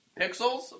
Pixels